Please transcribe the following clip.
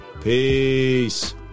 Peace